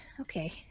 Okay